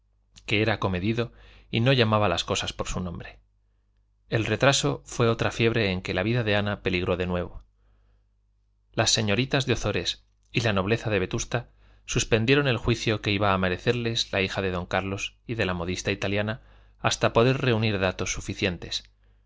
que era comedido y no llamaba las cosas por su nombre el retraso fue otra fiebre en que la vida de ana peligró de nuevo las señoritas de ozores y la nobleza de vetusta suspendieron el juicio que iba a merecerles la hija de don carlos y de la modista italiana hasta poder reunir datos suficientes